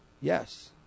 Yes